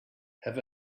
have